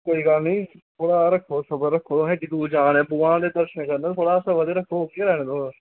कोई गल्ल निं थोह्ड़ा हारा रक्खो सब्र रक्खो ते भगवान दे दर्शन करने ते थोह्ड़ा सब्र रक्खो तुस केह् करा दे तुस